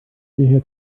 hierher